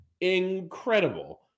incredible